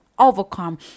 overcome